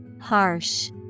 Harsh